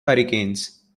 hurricanes